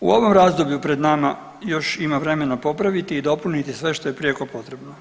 U ovom razdoblju pred nama još ima vremena popraviti i dopuniti sve što je prijeko potrebno.